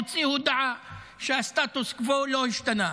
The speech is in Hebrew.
הוציאו הודעה שהסטטוס-קוו לא השתנה,